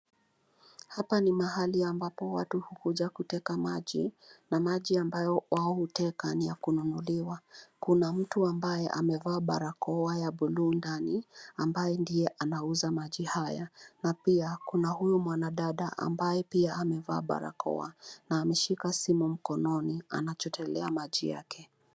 Hapa ni mahali ambapo watu hukuja kuteka maji na maji ambao wao huteka ni ya kununulia. Kuna tu ambaye amevaa barakoa ya buluu ndani ambaye ndiye anauza maji haya na pia kuna huyu mwanadada ambaye pia amevaa barakoa na ameshika simu mkononi anachotelea maji yake.